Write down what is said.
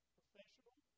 professional